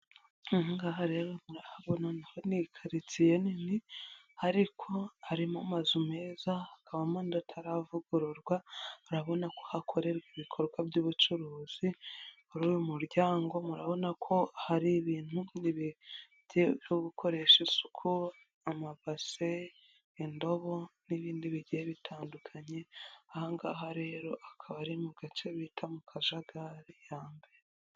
Ngaha rero murahabona naho ni katsiye nini ariko arimo amazu meza hakabamo n'tararavugururwa urabona ko hakorerwa ibikorwa by'ubucuruzi muri uyu muryango murabona ko hari ibintu n'ibi gukoresha isuku amabase indobo n'ibindi bigiye bitandukanye ahangaha rero akaba ari mu gace bita mu kajagari ka mbere.